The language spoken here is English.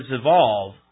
evolve